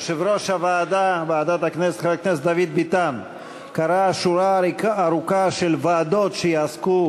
יושב-ראש ועדת הכנסת חבר הכנסת דוד ביטן קרא שורה ארוכה של ועדות שיעסקו